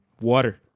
Water